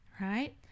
right